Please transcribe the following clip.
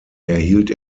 erhielt